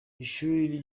ishuri